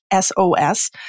SOS